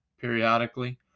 periodically